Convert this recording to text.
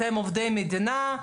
אתם עובדי מדינה.